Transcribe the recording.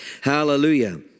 Hallelujah